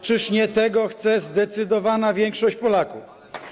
Czyż nie tego chce zdecydowana większość Polaków?